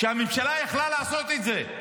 שהממשלה יכלה לעשות עם זה,